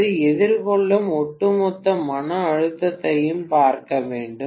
அது எதிர்கொள்ளும் ஒட்டுமொத்த மன அழுத்தத்தையும் பார்க்க வேண்டும்